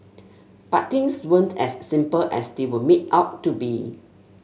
but things weren't as simple as they were made out to be